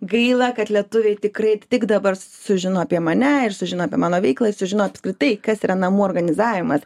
gaila kad lietuviai tikrai tik dabar sužino apie mane ir sužino apie mano veiklą ir sužino apskritai kas yra namų organizavimas